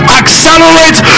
accelerate